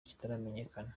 kitaramenyekana